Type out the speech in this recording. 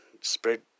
spread